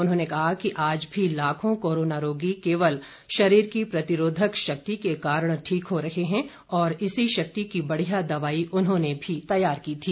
उन्होंने कहा कि आज भी लाखों कोरोना रोगी केवल शरीर की प्रतिरोधक शक्ति के कारण ठीक हो रहे है और इसी शक्ति की बढ़िया दवाई पंतजलि ने तैयार की थी